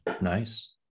Nice